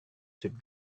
should